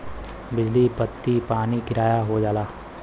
बिजली बत्ती पानी किराया हो जाला